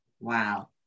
Wow